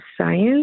Science